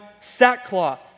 sackcloth